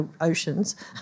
oceans